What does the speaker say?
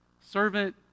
Servant